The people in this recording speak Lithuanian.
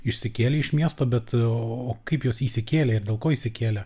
išsikėlė iš miesto bet o kaip jos įsikėlė ir dėl ko įsikėlė